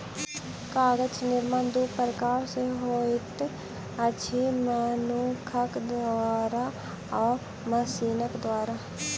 कागज निर्माण दू प्रकार सॅ होइत अछि, मनुखक द्वारा आ मशीनक द्वारा